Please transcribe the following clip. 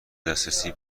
دسترسی